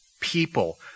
people